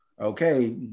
okay